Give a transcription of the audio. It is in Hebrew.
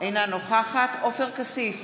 נגד עופר כסיף,